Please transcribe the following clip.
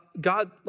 God